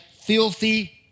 filthy